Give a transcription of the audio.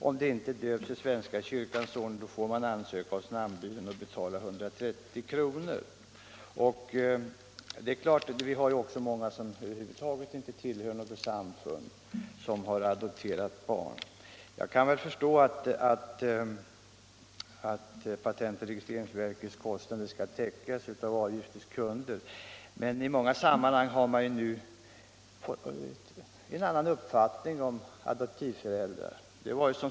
Om det inte är döpt i svenska kyrkans ordning får man ansöka hos namnbyrån och betala 130 kr. Det är många som över huvud taget inte tillhör något samfund och som har adopterat barn. Jag kan förstå att patent och registeringsverkets kostnader skall täckas av avgifter. Men i många sammanhang har man nu en annan uppfattning om adoptivföräldrar.